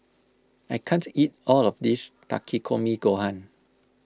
I can't eat all of this Takikomi Gohan